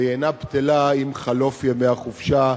והיא אינה בטלה עם חלוף ימי החופשה,